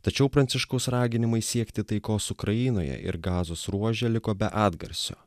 tačiau pranciškaus raginimai siekti taikos ukrainoje ir gazos ruože liko be atgarsio